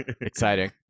Exciting